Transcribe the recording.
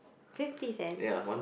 fifty cents